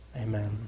Amen